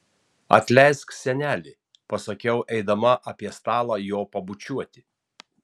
atleisk seneli pasakiau eidama apie stalą jo pabučiuoti